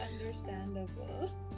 Understandable